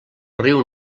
riu